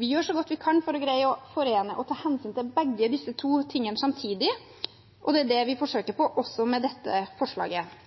Vi gjør så godt vi kan for å greie å forene og ta hensyn til begge disse to tingene samtidig, og det er det vi forsøker på også med dette forslaget.